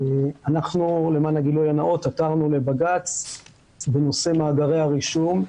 אנחנו למען הגילוי הנאות עתרנו לבג"צ בנושא מאגרי הרישום.